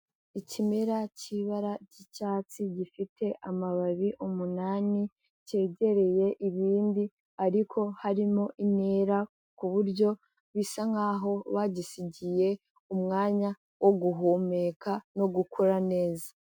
Ikimera cy'ibara ry'icyatsi, gifite amababi umunani, kegereye ibindi ariko harimo intera kuburyo bisa nkaho bagisigiye, umwanya wo guhumeka no gukura neza.